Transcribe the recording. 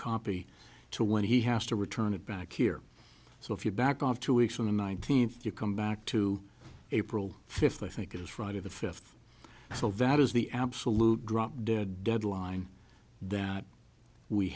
copy to when he has to return it back here so if you back off two weeks on the nineteenth you come back to april fifth i think it is friday the fifth sylvette is the absolute drop dead deadline that we